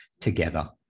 together